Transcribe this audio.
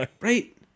right